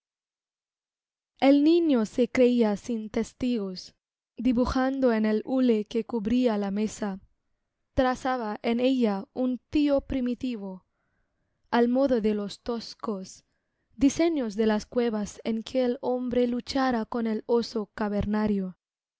el niño se creía sin testigos dibujando en el hule que cubría la mesa trazaba en ella un tio primitivo al modo de los toscos diseños de las cuevas en que el hombre luchara con el oso cavernario